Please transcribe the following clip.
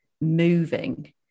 moving